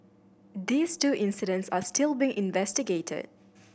these two incidents are still being investigated